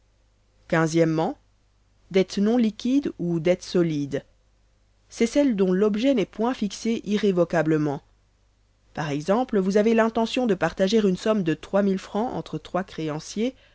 o dette non liquide ou dette solide c'est celle dont l'objet n'est point fixé irrévocablement par exemple vous avez l'intention de partager une somme de fr entre trois créanciers